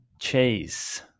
Chase